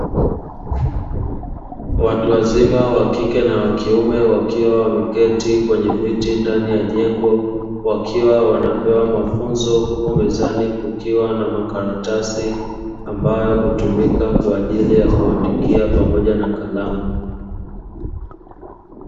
Watu wazima wa kike na wa kiume wakiwa wameketi kwenye viti ndani ya jengo, wakiwa wanapewa mafunzo huku mezani kukiwa na makaratasi ambayo hutumika kwa ajili ya kuandikia pamoja na kalamu.